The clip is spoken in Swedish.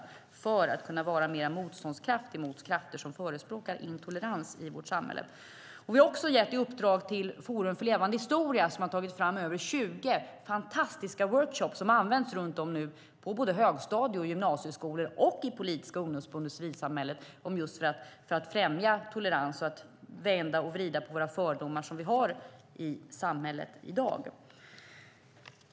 Detta gör vi för att ungdomar ska kunna vara mer motståndskraftiga mot krafter som förespråkar intolerans i samhället. Vi har också gett ett uppdrag till Forum för levande historia, som har tagit fram över 20 fantastiska workshops som nu används runt om såväl på högstadieskolor och gymnasieskolor som i politiska ungdomsförbund och civilsamhället, för att främja tolerans och vända och vrida på de fördomar vi har i samhället i dag.